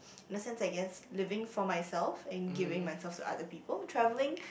lessons I guess living for myself and giving myself to other people travelling